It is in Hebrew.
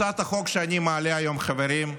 הצעת החוק שאני מעלה היום, חברים,